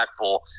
impactful